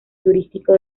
turístico